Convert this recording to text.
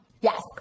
Yes